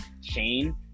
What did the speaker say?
Shane